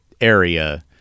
area